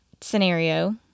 scenario